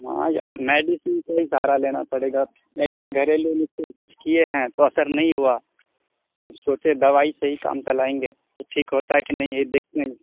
ہاں یا میڈیسین کا ہی سارا لینا پڑے گا ایسے گھریلو نسخے کچھ کیے ہیں تو اثر نہیں ہوا اب سوچے دوائی سے ہی کام چلائیں گے تو ٹھیک ہوتا ہے کہ نہیں یہ دیکھتے ہیں